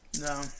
No